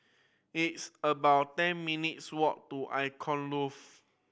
it's about ten minutes' walk to Icon Loft